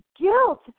guilt